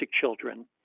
children